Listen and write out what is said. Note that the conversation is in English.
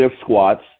squats